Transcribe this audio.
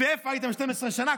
איפה הייתם 12 שנה?